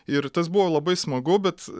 ir tas buvo labai smagu bet